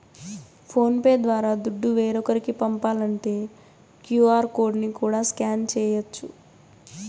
phone pay ద్వారా దుడ్డు వేరోకరికి పంపాలంటే క్యూ.ఆర్ కోడ్ ని కూడా స్కాన్ చేయచ్చు